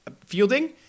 fielding